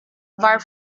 war